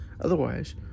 otherwise